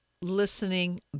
listening